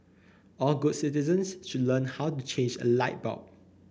all good citizens should learn how to change a light bulb